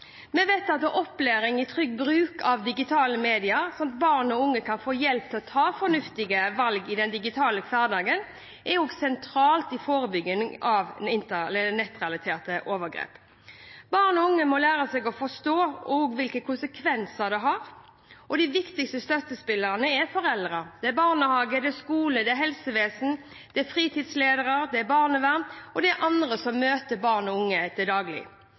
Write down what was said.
Vi vet at opplæring i trygg bruk av digitale medier, sånn at barn og unge kan få hjelp til å ta fornuftige valg i den digitale hverdagen, også er sentralt i forebygging av nettrelaterte overgrep. Barn og unge må også lære seg å forstå konsekvenser , og de viktigste støttespillerne er foreldre, barnehage, skole, helsevesen, fritidslærere, barnevern og andre som møter barn og unge til daglig. Frivillig sektor spiller også en viktig og sentral rolle for å være med og